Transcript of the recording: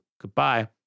Goodbye